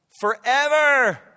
Forever